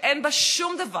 שאין בה שום דבר,